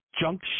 junk